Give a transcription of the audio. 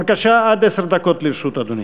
בבקשה, עד עשר דקות לרשות אדוני.